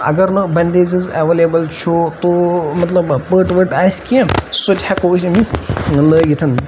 اَگر نہٕ bandages available چھُ تو مَطلَب پٔٹ ؤٹ آسہِ کینٛہہ سۄ تہِ ہیٚکو أسۍ أمِس لٲگِتھ